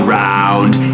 round